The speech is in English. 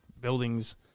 buildings